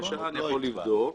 אני יכול לבדוק.